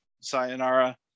Sayonara